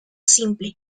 simple